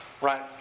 right